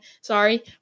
sorry